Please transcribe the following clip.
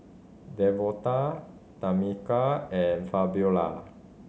Devonta Tamica and Fabiola